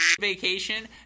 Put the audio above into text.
vacation